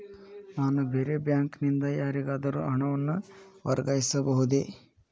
ನಾನು ಬೇರೆ ಬ್ಯಾಂಕ್ ನಿಂದ ಯಾರಿಗಾದರೂ ಹಣವನ್ನು ವರ್ಗಾಯಿಸಬಹುದೇ?